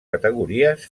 categories